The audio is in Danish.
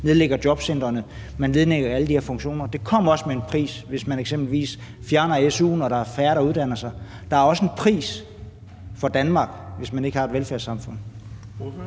nedlægger jobcentrene og nedlægger alle de her funktioner; det kommer også med en pris, hvis man eksempelvis fjerner su'en og der er færre, der uddanner sig? Der er også en pris at betale for Danmark, hvis man ikke har et velfærdssamfund.